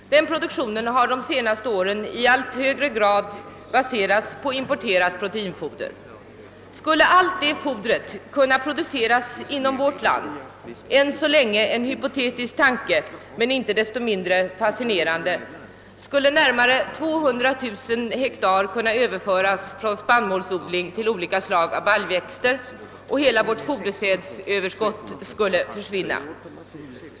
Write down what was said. Denna produktion har under de senare åren i allt högre grad baserats på importerat proteinfoder. Skulle allt detta foder produceras inom landet — än så länge en hypotetisk tanke men icke desto mindre fascinerande — skulle närmare 200 000 hektar kunna överföras från spannmålsodling till odling av olika slags baljväxter, och hela vårt fodersädsöverskott skulle försvinna.